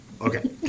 Okay